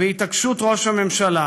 בהתעקשות ראש הממשלה,